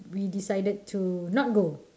we decided to not go